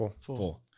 four